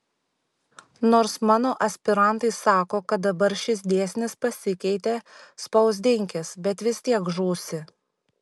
nors mano aspirantai sako kad dabar šis dėsnis pasikeitė spausdinkis bet vis tiek žūsi